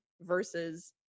versus